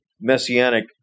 messianic